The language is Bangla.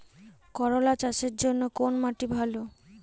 করলা চাষের জন্য কোন মাটি ভালো?